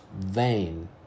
vain